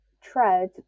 tread